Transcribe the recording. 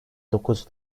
dokuz